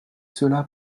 cela